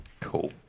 Cool